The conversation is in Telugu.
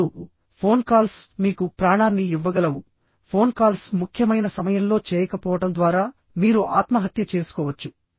ఇప్పుడుఫోన్ కాల్స్ మీకు ప్రాణాన్ని ఇవ్వగలవుఫోన్ కాల్స్ ముఖ్యమైన సమయంలో చేయకపోవడం ద్వారా మీరు ఆత్మహత్య చేసుకోవచ్చు